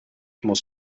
muss